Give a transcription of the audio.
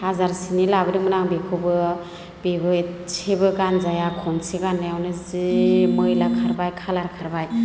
हाजारसेनि लाबोदोंमोन आं बेखौबो बेबो एसेबो गानजाया खनसे गाननायावनो जि मैला खारबाय कालार खारबाय